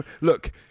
Look